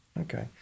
Okay